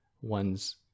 one's